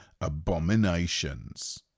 abominations